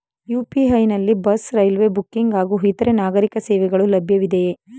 UPI ನಲ್ಲಿ bus, railway booking ಹಾಗೂ ಇತರೆ ನಾಗರೀಕ ಸೇವೆಗಳು ಲಭ್ಯವಿದೆಯೇ?